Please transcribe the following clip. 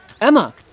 Emma